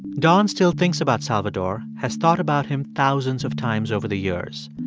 don still thinks about salvador, has thought about him thousands of times over the years.